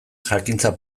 jakintza